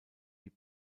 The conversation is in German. die